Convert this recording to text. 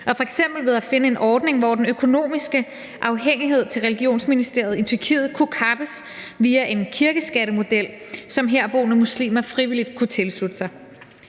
og f.eks. ved at finde en ordning, hvor den økonomiske afhængighed af religionsministeriet i Tyrkiet kunne kappes via en kirkeskattemodel, som herboende muslimer frivilligt kunne tilslutte sig.